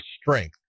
strength